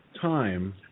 time